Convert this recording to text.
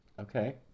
Okay